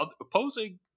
opposing